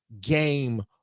game